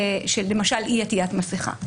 לגבי אי עטיית מסכה.